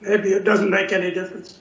maybe a doesn't make any difference